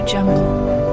Jungle